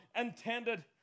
intended